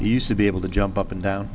he used to be able to jump up and down